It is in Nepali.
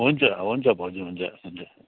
हुन्छ हुन्छ भाउजू हुन्छ हुन्छ